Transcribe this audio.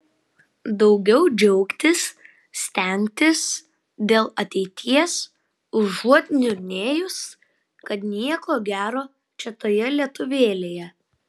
daugiau džiaugtis stengtis dėl ateities užuot niurnėjus kad nieko gero čia toje lietuvėlėje